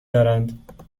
دارند